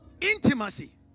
intimacy